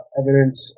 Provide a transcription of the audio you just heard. evidence